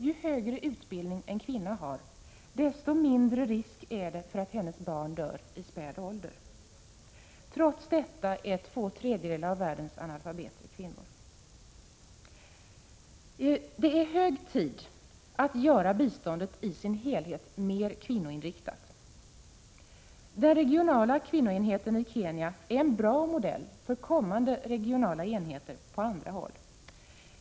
Ju högre utbildning en kvinna har, desto mindre risk är det för att hennes barn dör i späd ålder. Trots detta är två tredjedelar av världens analfabeter kvinnor. Det är hög tid att göra biståndet i sin helhet mera kvinnoinriktat. Den regionala kvinnoenheten i Kenya är en bra modell för kommande regionala enheter på andra håll.